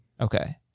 Okay